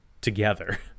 together